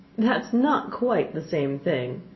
that's not quite the same thing.